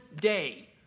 day